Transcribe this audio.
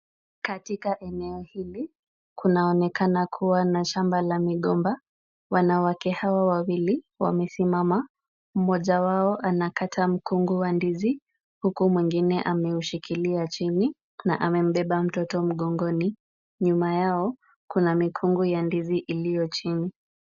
Katika eneo hilo kunaonekana kuwa na shamba la migomba. Wanawake hawa wawili wamesimama, mmoja wao anakata mkunga wa ndizi huku mwingine ameushikilia chinina amembeba mtoto mgongoni. Nyuma yao kuna mikunga ya ndizi iliyo chini.